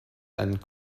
and